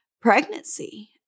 pregnancy